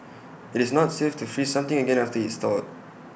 IT is not safe to freeze something again after IT has thawed